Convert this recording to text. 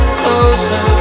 closer